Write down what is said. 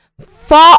Four